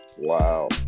wow